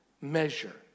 measure